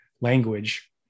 language